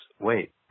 wait